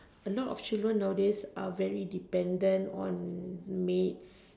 a lot of children nowadays are very dependent on maids